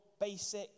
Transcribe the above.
basic